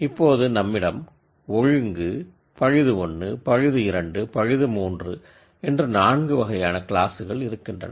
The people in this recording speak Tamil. இப்போது நம்மிடம் நார்மல் ஃபால்ட் 1 ஃபால்ட் 2 ஃபால்ட் 3 என்று நான்கு வகையான கிளாஸ்கள் இருக்கின்றன